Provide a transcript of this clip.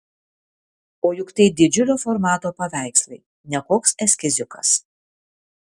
o juk tai didžiulio formato paveikslai ne koks eskiziukas